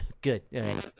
Good